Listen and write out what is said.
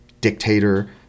dictator